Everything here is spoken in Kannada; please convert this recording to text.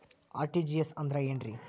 ಆರ್.ಟಿ.ಜಿ.ಎಸ್ ಅಂದ್ರ ಏನ್ರಿ?